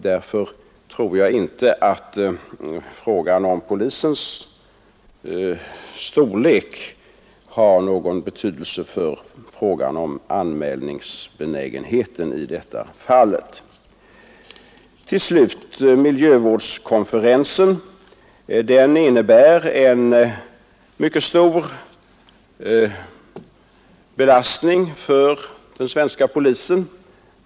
Därför tror jag inte att polisens resurser har någon betydelse för frågan om anmälningsbenägenheten i detta fall. Till slut skall jag beröra miljövårdskonferensen. Den innebär en mycket stor belastning för den svenska polisen.